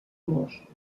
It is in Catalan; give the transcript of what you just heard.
most